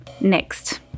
Next